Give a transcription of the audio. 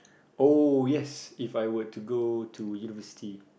oh yes If I were to go to university